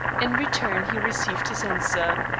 in return he received this answer.